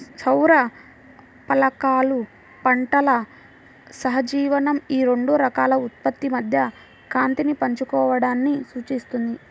సౌర ఫలకాలు పంటల సహజీవనం ఈ రెండు రకాల ఉత్పత్తి మధ్య కాంతిని పంచుకోవడాన్ని సూచిస్తుంది